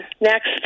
Next